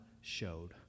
showed